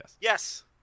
yes